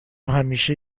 همیشه